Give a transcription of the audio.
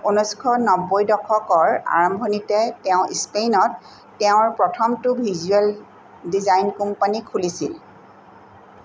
ঊনৈছশ নব্বৈ দশকৰ আৰম্ভণিতে তেওঁ স্পেইনত তেওঁৰ প্ৰথমটো ভিজুৱেল ডিজাইন কোম্পানী খুলিছিল